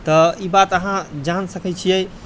तऽ ई बात अहाँ जान सकै छियै